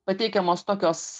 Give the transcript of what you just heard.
pateikiamos tokios